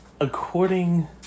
according